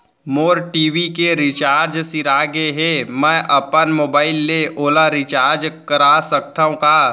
मोर TV के recharge सिरा गे हे, मैं अपन मोबाइल ले ओला रिचार्ज करा सकथव का?